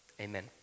Amen